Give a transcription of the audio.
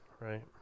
right